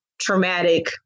traumatic